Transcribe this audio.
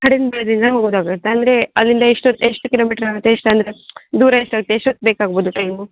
ಹಡಿನ್ಬಳದಿಂದ ಓದ್ ಹೋಗುತ್ತೆ ಅಂದರೆ ಅಲ್ಲಿಂದ ಎಷ್ಟೋತ್ತು ಎಷ್ಟು ಕಿಲೋಮೀಟ್ರ್ ಆಗುತ್ತೆ ಎಷ್ಟು ಅಂದರೆ ದೂರ ಎಷ್ಟುಆಗುತ್ತೆ ಎಷ್ಟೋತ್ತು ಬೇಕಾಗ್ಬೌದು ಟೈಮು